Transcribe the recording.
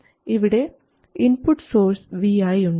ഇവിടെ input source vi ഉണ്ട്